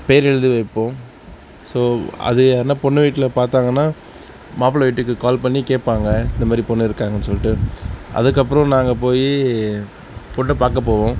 பேர் எழுதி வைப்போம் ஸோ அது யார்னால் பெண்ணு வீட்டில் பார்த்தாங்கன்னா மாப்பிளை வீட்டுக்கு கால் பண்ணி கேட்பாங்க இந்தமாதிரி பொண்ணு இருக்கான்னு சொல்லிட்டு அதுக்கப்புறம் நாங்கள் போய் பெண்ணு பார்க்கப் போவோம்